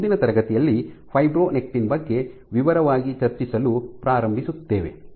ನಾವು ಮುಂದಿನ ತರಗತಿಯಲ್ಲಿ ಫೈಬ್ರೊನೆಕ್ಟಿನ್ ಬಗ್ಗೆ ವಿವರವಾಗಿ ಚರ್ಚಿಸಲು ಪ್ರಾರಂಭಿಸುತ್ತೇವೆ